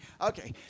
Okay